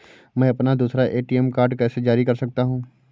मैं अपना दूसरा ए.टी.एम कार्ड कैसे जारी कर सकता हूँ?